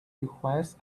requires